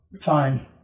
fine